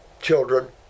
children